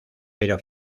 pero